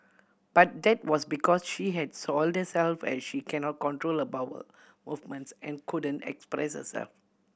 but that was because she had soiled herself as she cannot control her bowel movements and couldn't express herself